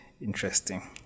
interesting